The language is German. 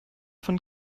von